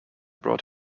brought